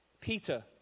Peter